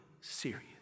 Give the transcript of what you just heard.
serious